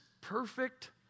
perfect